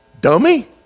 Dummy